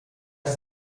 des